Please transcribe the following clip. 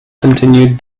continued